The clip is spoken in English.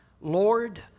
Lord